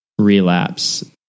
relapse